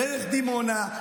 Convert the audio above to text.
דרך דימונה,